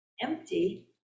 Empty